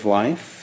life